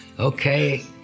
Okay